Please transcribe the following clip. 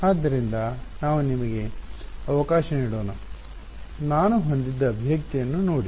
ಆದ್ದರಿಂದ ನಾವು ನಮಗೆ ಅವಕಾಶ ನೀಡೋಣ ನಾನು ಹೊಂದಿದ್ದ ಅಭಿವ್ಯಕ್ತಿಯನ್ನು ನೋಡಿ